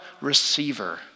Receiver